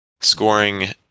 scoring